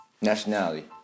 nationality